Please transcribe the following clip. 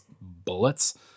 bullets